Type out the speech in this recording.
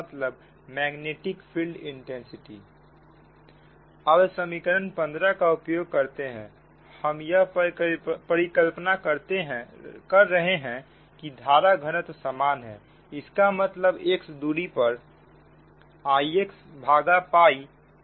अब समीकरण 15 का उपयोग करते हैं हम या परिकल्पना कर रहे हैं कि धारा घनत्व समान है इसका मतलब x दूरी पर IxI